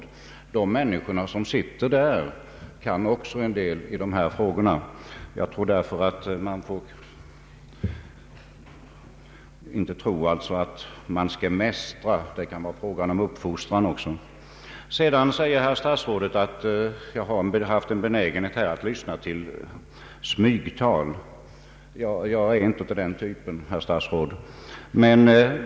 De enskilda människor som är engagerade där kan också en del i dessa frågor. Jag tror därför inte att man skall mästra, det kan vara fråga om uppfostran också. Sedan säger herr statsrådet att jag har haft en benägenhet att lyssna till smygtal. Jag är inte av den typen, herr statsråd.